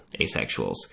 asexuals